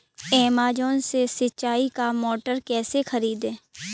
Amazon से सिंचाई का मोटर कैसे खरीदें?